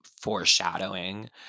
foreshadowing